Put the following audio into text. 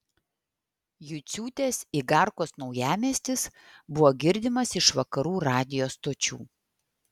juciūtės igarkos naujamiestis buvo girdimas iš vakarų radijo stočių